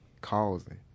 causing